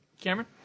Cameron